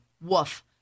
woof